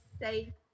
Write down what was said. say